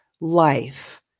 life